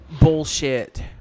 bullshit